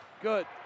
Good